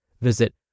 Visit